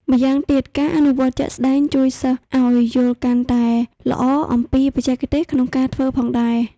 ម្យ៉ាងទៀតការអនុវត្តជាក់ស្តែងជួយសិស្សឲ្យយល់កាន់តែល្អអំពីបច្ចេកទេសក្នុងការធ្វើផងដែរ។